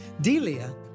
Delia